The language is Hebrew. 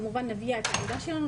כמובן נביע את העמדה שלנו,